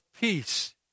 peace